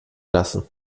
lassen